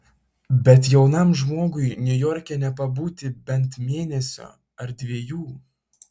bet jaunam žmogui niujorke nepabūti bent mėnesio ar dviejų